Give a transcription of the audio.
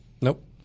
Nope